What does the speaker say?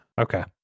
Okay